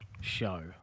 show